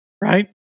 right